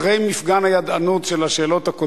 חברי חברי הכנסת,